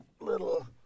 little